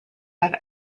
ever